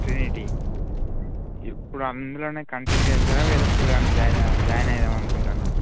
Trinity ఇప్పుడు అందులోనే continue చేస్తారా వేరే స్కూల్లో ఏమైనా జాయిన్ జాయిన్ అయిదాం అనుకుంటున్నారా